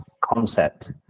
concept